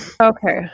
Okay